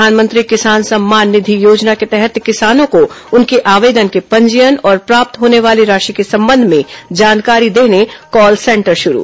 प्रधानमंत्री किसान सम्मान निधि योजना के तहत किसानों को उनके आवेदन के पंजीयन और प्राप्त होने वाली राशि के संबंध में जानकारी देने कॉल सेंटर शुरू